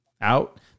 out